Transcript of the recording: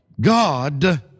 God